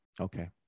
Okay